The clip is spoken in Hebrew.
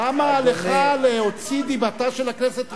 למה לך להוציא דיבתה של הכנסת רעה?